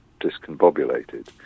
discombobulated